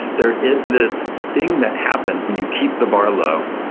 there is this thing that happens when you keep the bar low,